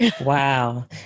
Wow